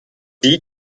die